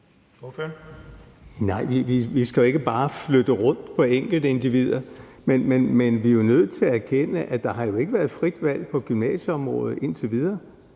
vi skal ikke bare flytte rundt på enkeltindivider, men vi er jo nødt til at erkende, at der ikke har været frit valg på gymnasieområdet indtil videre.